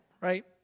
right